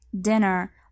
dinner